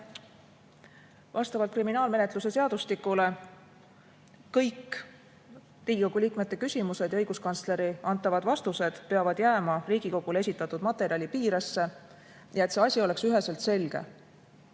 Vastavalt kriminaalmenetluse seadustikule kõik Riigikogu liikmete küsimused ja õiguskantsleri antavad vastused peavad jääma Riigikogule esitatud materjali piiresse. Ja et see asi oleks üheselt selge: